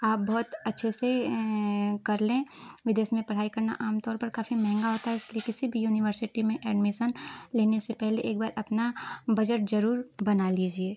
आप बहुत अच्छे से कर लें विदेश में पढ़ाई करना आमतौर पर काफ़ी महँगा होता है इसलिए किसी भी यूनिवर्सिटी में एडमीसन लेने से पहले एक बार अपना बजट ज़रूर बना लीजिए